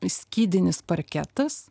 skydinis parketas